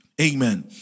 Amen